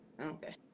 Okay